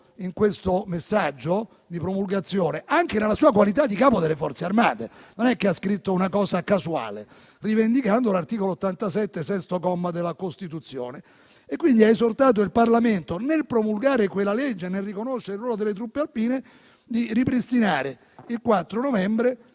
questo messaggio di promulgazione anche nella sua qualità di Capo delle Forze armate, non ha scritto una cosa casuale, rivendicando l'articolo 87 nono comma della Costituzione. Ha quindi esortato il Parlamento, nel promulgare quella legge, riconoscendo il ruolo delle truppe alpine, a ripristinare la